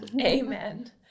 Amen